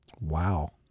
Wow